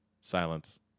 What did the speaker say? Silence